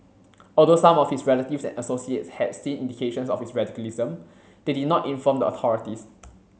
although some of his relatives and associates had seen indications of his radicalism they did not inform the authorities